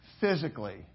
physically